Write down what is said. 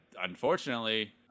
unfortunately